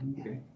Okay